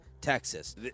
Texas